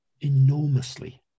enormously